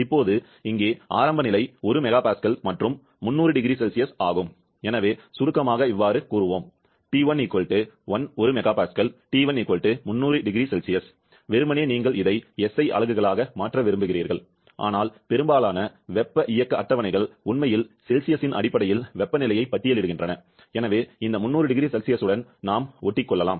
இப்போது இங்கே ஆரம்ப நிலை 1 MPa மற்றும் 300 0C ஆகும் எனவே சுருக்கமாகக் கூறுவோம் P1 1 MPa T1 300 0C வெறுமனே நீங்கள் இதை SI அலகுகளாக மாற்ற விரும்புகிறீர்கள் ஆனால் பெரும்பாலான வெப்ப இயக்க அட்டவணைகள் உண்மையில் செல்சியஸின் அடிப்படையில் வெப்பநிலையை பட்டியலிடுகின்றன எனவே இந்த 300 0C உடன் நாம் ஒட்டிக்கொள்ளலாம்